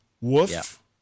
Woof